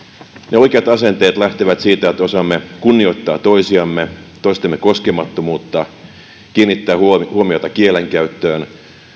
ne oikeat asenteet lähtevät siitä että osaamme kunnioittaa toisiamme toistemme koskemattomuutta kiinnittää huomiota kielenkäyttöön